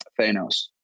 Thanos